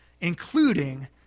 including